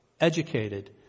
educated